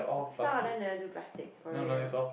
some of them never do plastic for real